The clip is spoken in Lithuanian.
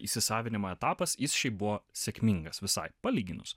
įsisavinimo etapas jis šiaip buvo sėkmingas visai palyginus